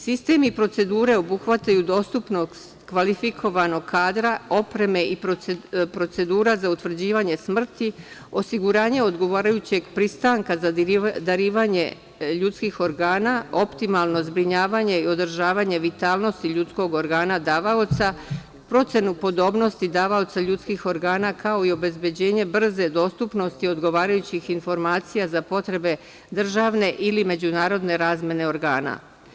Sistem i procedure obuhvataju dostupnost kvalifikovanog kadra, opreme i procedura za utvrđivanje smrti, osiguranje odgovarajućeg pristanka za darivanje ljudskih organa, optimalno zbrinjavanje i održavanje vitalnosti ljudskog organa davaoca, procenu podobnosti davaoca ljudskih organa, kao i obezbeđenje brze dostupnosti odgovarajućih informacija za potrebe državne ili međunarodne razmene organa.